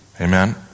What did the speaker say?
Amen